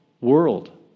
world